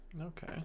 okay